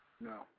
No